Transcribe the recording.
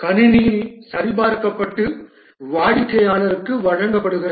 கணினியில் சரிபார்க்கப்பட்டு வாடிக்கையாளருக்கு வழங்கப்படுகிறது